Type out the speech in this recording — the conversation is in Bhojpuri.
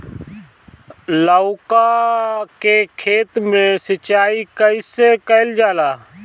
लउका के खेत मे सिचाई कईसे कइल जाला?